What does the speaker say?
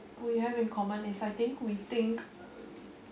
we have in common is I think we think